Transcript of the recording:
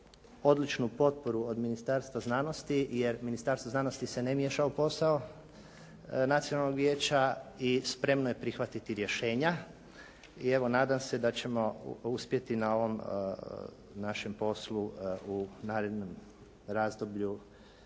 odličnu potporu od Ministarstva znanosti, jer Ministarstvo znanosti se ne miješa u posao Nacionalnog vijeća i spremno je prihvatiti rješenja i evo nadam se da ćemo uspjeti na ovom našem poslu u narednom razdoblju